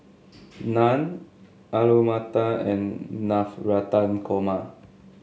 Naan Alu Matar and Navratan Korma